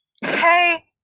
Hey